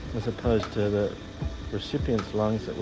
as opposed to the recipient's lungs that we